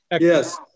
Yes